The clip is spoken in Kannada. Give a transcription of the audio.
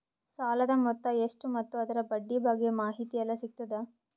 ಸಾಲದ ಮೊತ್ತ ಎಷ್ಟ ಮತ್ತು ಅದರ ಬಡ್ಡಿ ಬಗ್ಗೆ ಮಾಹಿತಿ ಎಲ್ಲ ಸಿಗತದ?